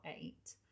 eight